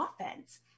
offense